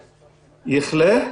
יחלה,